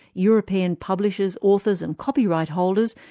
european publishers, authors and copyright holders,